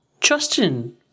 Justin